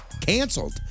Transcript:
Canceled